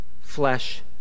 flesh